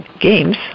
games